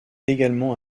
également